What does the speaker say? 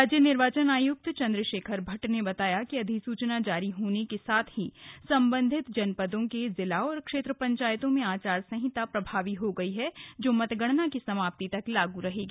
राज्य निर्वाचन आयुक्त चंद्रशेखर भट्ट ने बताया कि अधिसूचना जारी होने के साथ ही संबंधित जनपदों के जिला और क्षेत्र पंचायतों में आचार संहिता प्रभावी हो गई है जो मतगणना की समाप्ति तक लागू रहेगी